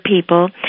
people